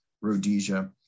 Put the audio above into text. Rhodesia